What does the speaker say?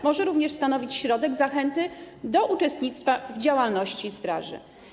Może to również stanowić środek zachęty do uczestnictwa w działalności straży.